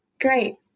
great